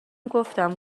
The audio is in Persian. گفتم